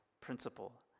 principle